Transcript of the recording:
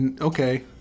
Okay